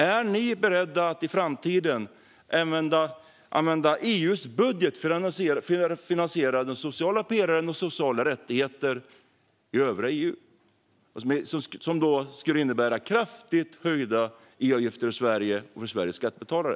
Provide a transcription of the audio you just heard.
Är ni beredda att i framtiden använda EU:s budget för att finansiera den sociala pelaren och sociala rättigheter i övriga EU? Detta skulle innebära kraftigt höjda EU-avgifter för Sverige och Sveriges skattebetalare.